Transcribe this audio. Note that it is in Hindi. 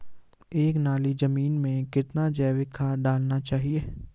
एक नाली जमीन में कितना जैविक खाद डालना चाहिए?